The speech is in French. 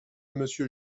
monsieur